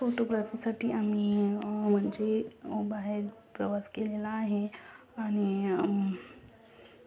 फोटोग्राफीसाठी आम्ही म्हणजे बाहेर प्रवास केलेला आहे आणि